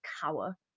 cower